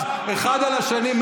אחד על השני.